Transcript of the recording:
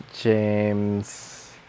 James